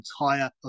entire